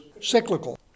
cyclical